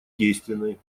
действенной